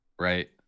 right